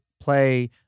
play